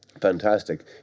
fantastic